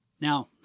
Now